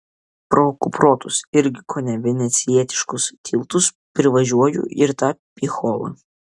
po kuprotus irgi kone venecijietiškus tiltus privažiuoju ir tą picholą